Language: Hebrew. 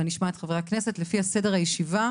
אני אשמע את חברי הכנסת לפי סדר הישיבה,